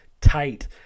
tight